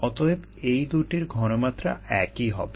অতএব এই দুটির ঘনমাত্রা একই হবে